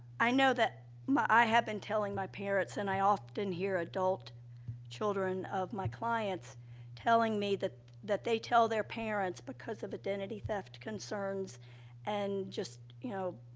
i know that i have been telling my parents, and i often hear adult children of my clients telling me that that they tell their parents, because of identity theft concerns and just, you know,